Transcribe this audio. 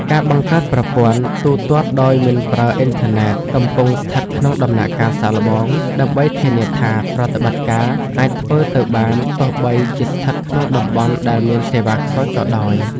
ការបង្កើតប្រព័ន្ធ ទូទាត់ដោយមិនប្រើអ៊ីនធឺណិត កំពុងស្ថិតក្នុងដំណាក់កាលសាកល្បង ដើម្បីធានាថាប្រតិបត្តិការអាចធ្វើទៅបានទោះបីជាស្ថិតក្នុងតំបន់ដែលមានសេវាខ្សោយក៏ដោយ។